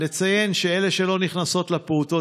לציין שאלה שלא נכנסות לפעוטות,